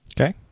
Okay